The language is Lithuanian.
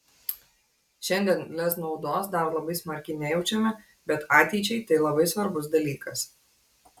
šiandien lez naudos dar labai smarkiai nejaučiame bet ateičiai tai labai svarbus dalykas